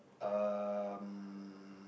um